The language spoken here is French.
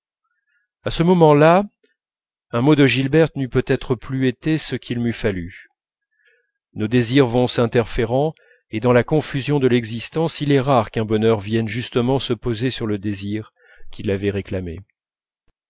à ce moment-là un mot de gilberte n'eût peut-être pas été ce qu'il m'eût fallu nos désirs vont s'interférant et dans la confusion de l'existence il est rare qu'un bonheur vienne justement se poser sur le désir qui l'avait réclamé